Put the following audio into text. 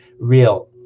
real